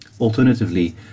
Alternatively